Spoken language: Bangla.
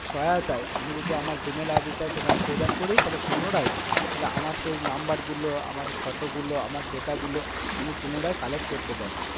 সহায়তায় আমি যদি আমার জি মেল আইডিটা সেখানে প্রদান করি তাহলে পুনরায় তাহলে আমার সেই নাম্বারগুলো আমার ফটোগুলো আমার ডেটাগুলো আমি পুনরায় কালেক্ট করতে পারি